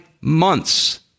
months